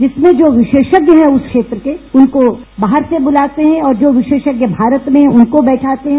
इसमें जो विशेषज्ञ है उस क्षेत्र के उनको बाहर से बुलाते है और जो विशेषज्ञ भारत में हैं उनको बैठाते है